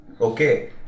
Okay